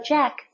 Jack